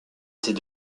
était